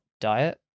diet